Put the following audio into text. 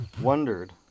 wondered